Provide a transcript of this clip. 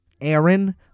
aaron